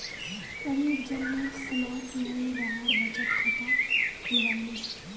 परीर जन्मेर समयत मुई वहार बचत खाता खुलवैयानु